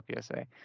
PSA